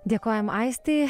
dėkojam aistei